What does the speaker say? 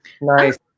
Nice